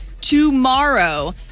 tomorrow